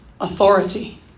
authority